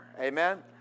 Amen